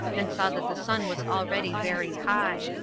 and saw that the sun was already very high.